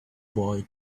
boy